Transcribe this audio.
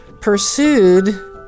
pursued